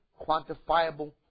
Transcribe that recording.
quantifiable